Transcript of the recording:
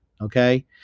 Okay